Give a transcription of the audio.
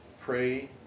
pray